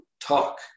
talk